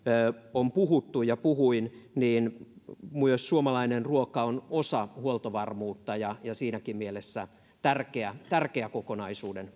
on puhuttu ja puhuin niin myös suomalainen ruoka on osa huoltovarmuutta ja siinäkin mielessä tärkeä tärkeä kokonaisuuden